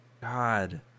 God